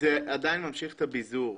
זה עדיין ממשיך את הביזור.